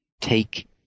take